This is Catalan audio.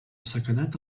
sequedat